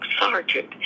sergeant